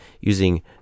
using